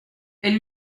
elle